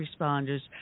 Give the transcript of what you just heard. responders